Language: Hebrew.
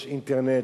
יש אינטרנט,